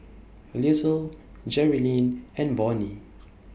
Little Jerilyn and Vonnie